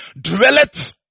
Dwelleth